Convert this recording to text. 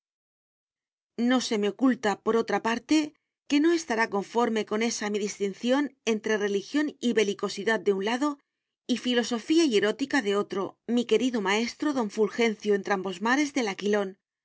no se me oculta por otra parte que no estará conforme con esa mi distinción entre religión y belicosidad de un lado y filosofía y erótica de otro mi querido maestro don fulgencio entrambosmares del aquilón